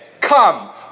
Come